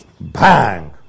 Bang